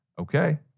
Okay